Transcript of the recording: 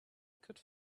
could